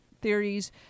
theories